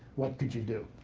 what could you do?